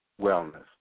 wellness